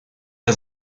der